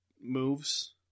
moves